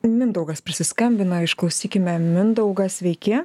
mindaugas prisiskambino išklausykime mindaugą sveiki